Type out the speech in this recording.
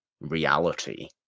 reality